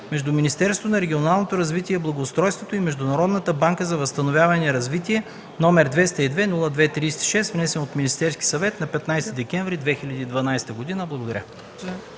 между Министерството на регионалното развитие и благоустройството и Международната банка за възстановяване и развитие, № 202–02–36, внесен от Министерския съвет на 15 декември 2012 г.” Благодаря.